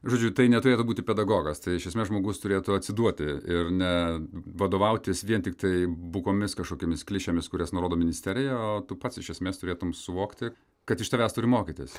žodžiu tai neturėtų būti pedagogas tai iš esmės žmogus turėtų atsiduoti ir ne vadovautis vien tiktai bukomis kažkokiomis klišėmis kurias nurodo ministerija o tu pats iš esmės turėtum suvokti kad iš tavęs turi mokytis